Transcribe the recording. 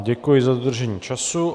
Děkuji za dodržení času.